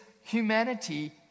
humanity